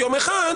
יום אחד,